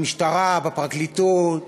במשטרה ובפרקליטות,